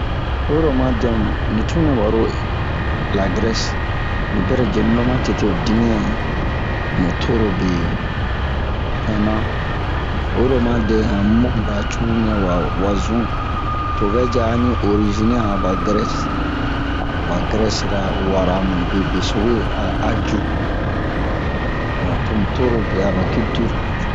Oyi ro oma dɛmu ni tun nɛ baro la grɛs ni bɛrɛ jenu lo ma tete ho dimiyan mu torobe inna oyi ro oma dɛ han mora cururu nɛ wa wa zun to o vɛ ji a ni orizin a ba grɛs ba grɛsira wara mube beso we a a ju don to mu torobe a ba kiltir